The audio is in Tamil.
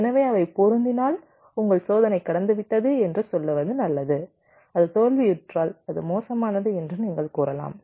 எனவே அவை பொருந்தினால் உங்கள் சோதனை கடந்துவிட்டது என்று சொல்வது நல்லது அது தோல்வியுற்றால் அது மோசமானது என்று நீங்கள் கூறலாம்